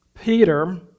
Peter